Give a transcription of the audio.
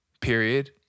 period